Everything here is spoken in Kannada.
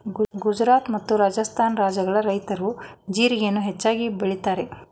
ಗುಜರಾತ್ ಮತ್ತು ರಾಜಸ್ಥಾನ ರಾಜ್ಯಗಳ ರೈತ್ರು ಜೀರಿಗೆಯನ್ನು ಹೆಚ್ಚಾಗಿ ಬೆಳಿತರೆ